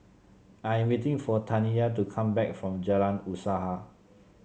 I'm waiting for Taniyah to come back from Jalan Usaha